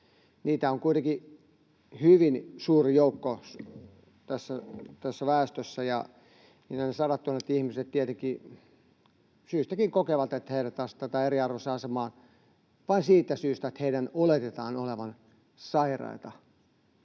Heitä on kuitenkin hyvin suuri joukko tässä väestössä, ja ne sadattuhannet ihmiset tietenkin syystäkin kokevat, että heidät asetetaan eriarvoiseen asemaan vain siitä syystä, että heidän oletetaan olevan sairaita,